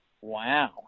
Wow